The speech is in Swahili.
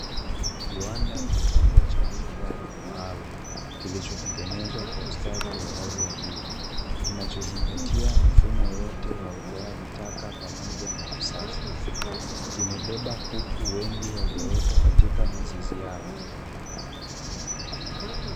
Kiwanda kikubwa cha ufugaji maalumu kilichotengenezwa kwa ustadi wa hali ya juu, kinachozingatia mifumo yote ya utoaji taka pamoja na usafi. Kimebeba kuku wengi waliowekwa katika mazizi yao.